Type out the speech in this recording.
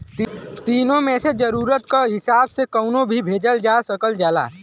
तीनो मे से जरुरत क हिसाब से कउनो भी भेजल जा सकल जाला